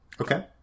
Okay